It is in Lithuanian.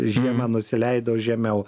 žiemą nusileido žemiau